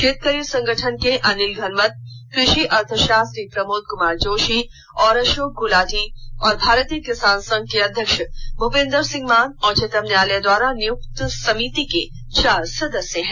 शेतकरी संगठन के अनिल घनवत कृषि अर्थशास्त्री प्रमोद कुमार जोशी और अशोक गुलाटी और भारतीय किसान संघ के अध्यक्ष भूपिंदर सिंह मान उच्चतम न्यायालय द्वारा नियुक्त समिति के चार सदस्य हैं